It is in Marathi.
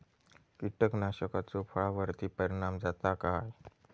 कीटकनाशकाचो फळावर्ती परिणाम जाता काय?